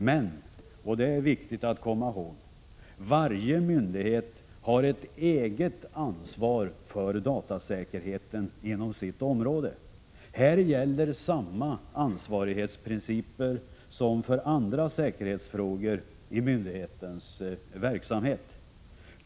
Men -— och det är viktigt att komma ihåg — varje myndighet har ett eget ansvar för datasäkerheten inom sitt område. Här gäller samma ansvarighetsprinciper som för andra säkerhetsfrågor i myndighetens verksamhet.